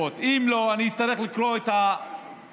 אם לא, אני אצטרך לקרוא את הנאום: